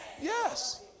Yes